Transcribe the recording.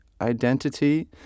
identity